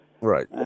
Right